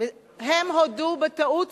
הם הודו בטעות,